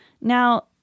now